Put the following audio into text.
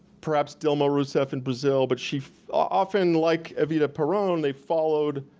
perhaps dilma rousseff in brazil, but she often like evita peron, they followed,